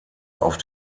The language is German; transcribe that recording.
auf